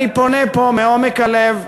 אני פונה פה מעומק הלב.